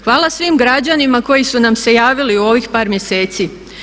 Hvala svim građanima koji su nam se javili u ovih par mjeseci.